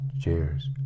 Cheers